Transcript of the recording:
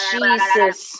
Jesus